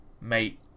mate